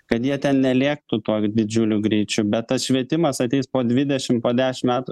kad jie ten nelėktų tuo didžiuliu greičiu bet tas švietimas ateis po dvidešim po dešim metų